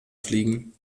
fliegen